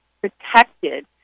protected